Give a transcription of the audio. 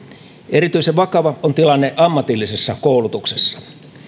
erityisen vakava on tilanne ammatillisessa koulutuksessa